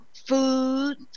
Food